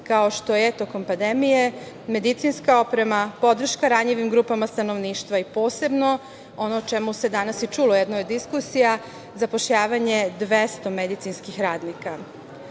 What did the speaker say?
kao što je, tokom pandemije, medicinska oprema, podrška ranjivim grupama stanovništva i posebno, ono o čemu se danas i čulo u jednoj od diskusija, zapošljavanje 200 medicinskih radnika. Pored